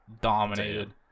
dominated